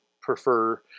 prefer